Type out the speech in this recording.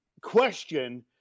question